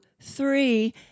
three